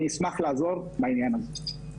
ואני אשמח לעזור בעניין הזה.